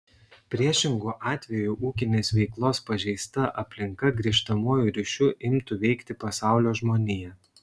priešingu atveju ūkinės veiklos pažeista aplinka grįžtamuoju ryšiu imtų veikti pasaulio žmoniją